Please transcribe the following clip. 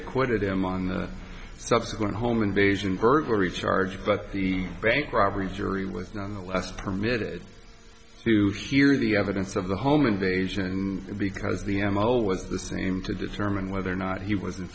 acquitted him on the subsequent home invasion burglary charge but the bank robbery jury was nonetheless permitted to hear the evidence of the home invasion because the m o was the same to determine whether or not he was in